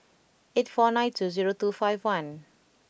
eight four nine two zero two five one